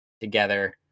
together